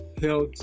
health